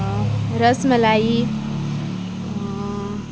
rasmalai